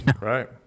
Right